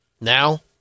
Now